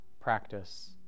practice